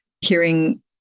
hearing